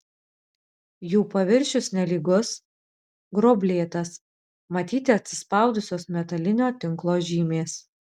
jų paviršius nelygus gruoblėtas matyti atsispaudusios metalinio tinklo žymės